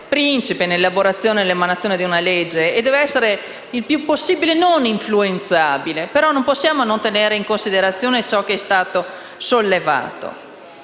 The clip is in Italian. principe nell'elaborazione e nell'emanazione di una legge e che deve essere il più possibile non influenzabile, ma non possiamo non tenere in considerazione i rilievi che sono stati sollevati.